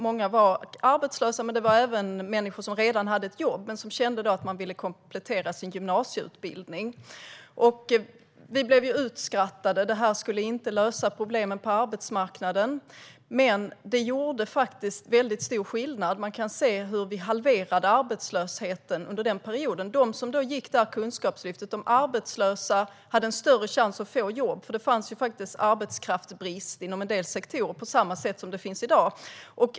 Många var arbetslösa, men det var även människor som redan hade ett jobb och som kände att de ville komplettera gymnasieutbildningen. Vi blev utskrattade. Detta skulle inte lösa problemen på arbetsmarknaden. Det gjorde dock väldigt stor skillnad; man kan se hur vi halverade arbetslösheten under den perioden. De arbetslösa som gick Kunskapslyftet hade större chans att få jobb. Det var nämligen arbetskraftsbrist inom en del sektorer, på samma sätt som det är i dag.